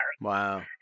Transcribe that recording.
Wow